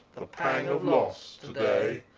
the pang of loss, to-day.